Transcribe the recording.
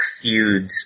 feuds